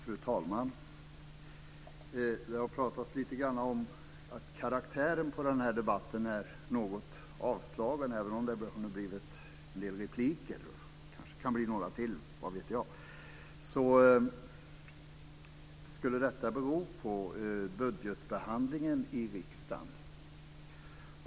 Fru talman! Det har pratats lite grann om att karaktären på debatten är något avslagen, även om det har blivit en del repliker. Det kanske kan bli några till också, vad vet jag? Detta skulle då bero på budgetbehandlingen i riksdagen.